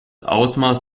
ausmaß